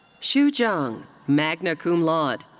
shu zhang, magna cum laude.